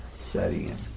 studying